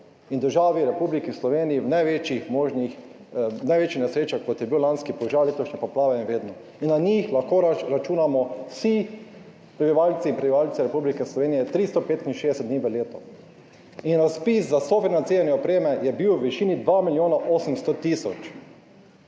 in državi Republiki Sloveniji v največjih nesrečah, kot je bil lanski požar, letošnje poplave. In vedno na njih lahko računamo vsi prebivalke in prebivalci Republike Slovenije 365 dni v letu. Razpis za sofinanciranje opreme je bil v višini 2 milijona 800 tisoč,